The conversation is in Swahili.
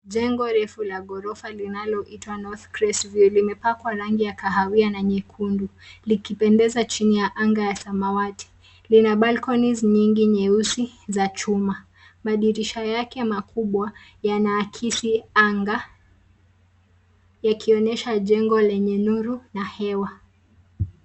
Jengo refu la ghorofa linaloitwa North Crest View. Limepakwa rangi ya kahawia na nyekundu, likipendeza chini ya anga ya samawati. Lina balconies nyingi nyeusi za chuma. Madirisha yake makubwa yanaakisi anga, yakionyesha jengo lenye nuru na hewa.